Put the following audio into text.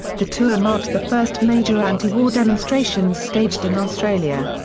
the tour marked the first major anti-war demonstrations staged in australia.